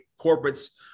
corporates